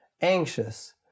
Anxious